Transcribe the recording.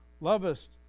lovest